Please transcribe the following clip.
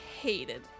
hated